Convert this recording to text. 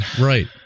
Right